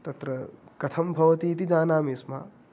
तत्र कथं भवतीति जानामि स्म